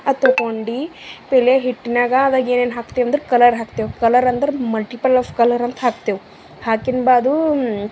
ಅದು ತೊಗೊಂಡಿ ಪೆಹ್ಲೆ ಹಿಟ್ಟಿನ್ಯಾಗ ಅವಾಗೇನೇನು ಹಾಕ್ತೆವಂದ್ರ ಕಲರ್ ಹಾಕ್ತೆವೆ ಕಲರಂದ್ರ ಮಲ್ಟಿಪಲ್ ಆಫ್ ಕಲರ್ ಅಂತ ಹಾಕ್ತೆವೆ ಹಾಕಿನ ಬಾದು